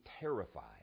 terrified